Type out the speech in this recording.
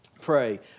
pray